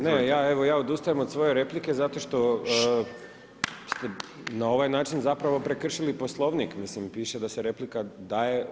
Ne ja odustajem od svoje replike, zato što ste na ovaj način zapravo prekršili Poslovnik, mislim, piše da se replika daje